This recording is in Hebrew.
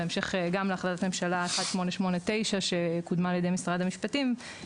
בהמשך גם להחלטת ממשלה 1889 שקודמה על ידי משרד המשפטים,